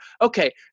Okay